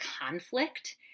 conflict